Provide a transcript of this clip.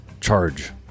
Charge